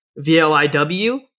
VLIW